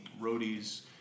roadies